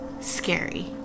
scary